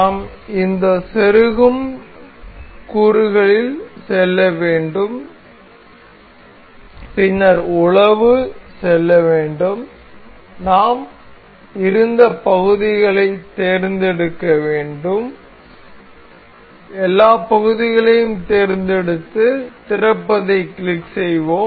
நாம் இந்த செருகும் கூறுகளில் செல்ல வேண்டும் பின்னர் உலவு செல்ல வேண்டும் நாம் இருந்த பகுதிகளைத் தேர்ந்தெடுக்க வேண்டும் எல்லா பகுதிகளையும் தேர்ந்தெடுத்து திறப்பதைக் கிளிக் செய்வோம்